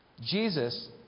Jesus